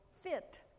fit